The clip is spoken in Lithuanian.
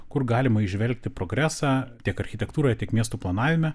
kur galima įžvelgti progresą tiek architektūroje tiek miestų planavime